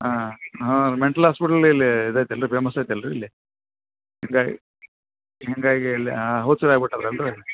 ಹಾಂ ಹಾಂ mental hospital ಇಲ್ಲಿ ಇದು ಐತಲ್ಲ ರೀ ಫೇಮಸ್ ಐತಿ ಅಲ್ಲ ರೀ ಇಲ್ಲಿ ಹೀಗಾಗಿ ಹೀಗಾಗಿ ಇಲ್ಲಿ ಹುಚ್ರು ಆಗ್ಬಿಟ್ಟಾರೆ ಅಲ್ಲ ರೀ